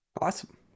awesome